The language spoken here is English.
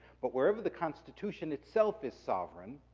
but wherever the constitution itself is sovereign,